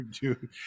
dude